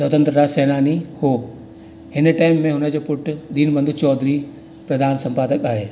स्वतंत्र राज सैनानी हो हिन टाइम में हुनजो पुटु दिन बंधू चौधरी प्रधान संपादक आहे